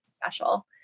special